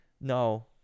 no